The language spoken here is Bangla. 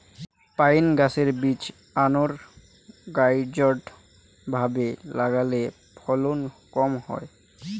পাইনএপ্পল গাছের বীজ আনোরগানাইজ্ড ভাবে লাগালে ফলন কম হয়